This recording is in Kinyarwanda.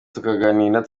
tukaganira